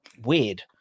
weird